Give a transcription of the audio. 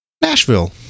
Nashville